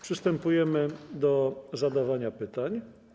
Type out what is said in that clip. Przystępujemy do zadawania pytań.